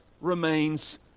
remains